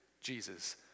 Jesus